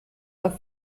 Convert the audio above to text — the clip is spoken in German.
auf